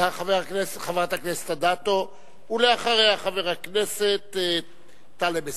חברת הכנסת אדטו, ואחריה, חבר הכנסת טלב אלסאנע.